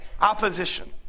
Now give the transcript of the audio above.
Opposition